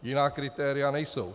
Jiná kritéria nejsou.